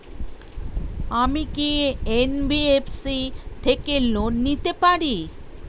আমি কি এন.বি.এফ.সি থেকে লোন নিতে পারি?